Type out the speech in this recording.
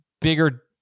Bigger